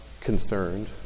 concerned